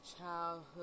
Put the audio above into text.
childhood